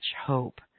hope